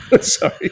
sorry